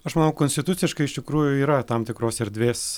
aš manau konstituciškai iš tikrųjų yra tam tikros erdvės